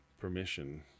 permission